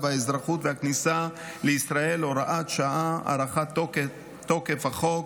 האזרחות והכניסה לישראל (הוראת שעה) (הארכת תוקף החוק),